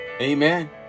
Amen